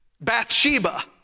Bathsheba